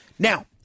Now